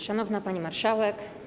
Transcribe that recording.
Szanowna Pani Marszałek!